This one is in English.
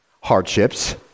Hardships